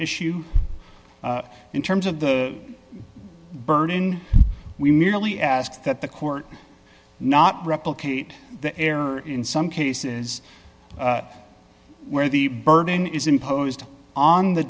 issue in terms of the burden we merely ask that the court not replicate the error in some cases where the burden is imposed on the